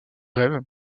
grève